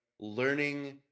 learning